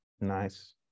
Nice